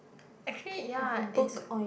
actually ya it's